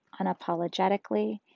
unapologetically